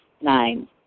Nine